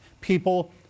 people